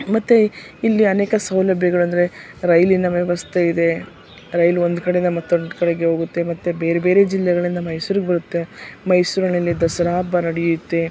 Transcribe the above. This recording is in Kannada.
ಮತ್ತು ಇಲ್ಲಿ ಅನೇಕ ಸೌಲಭ್ಯಗಳೆಂದರೆ ರೈಲಿನ ವ್ಯವಸ್ಥೆ ಇದೆ ರೈಲು ಒಂದು ಕಡೆಯಿಂದ ಮತ್ತೊಂದು ಕಡೆಗೆ ಹೋಗುತ್ತೆ ಮತ್ತು ಬೇರೆ ಬೇರೆ ಜಿಲ್ಲೆಗಳಿಂದ ಮೈಸೂರಿಗೆ ಬರುತ್ತೆ ಮೈಸೂರಿನಲ್ಲಿ ದಸರಾ ಹಬ್ಬ ನಡೆಯುತ್ತೆ